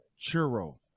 churro